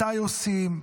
מתי עושים,